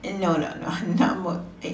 uh no no no not mot~